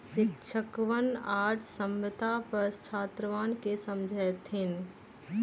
शिक्षकवन आज साम्यता पर छात्रवन के समझय थिन